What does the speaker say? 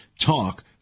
talk